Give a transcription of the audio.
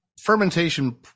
fermentation